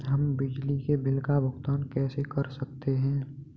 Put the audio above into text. हम बिजली के बिल का भुगतान कैसे कर सकते हैं?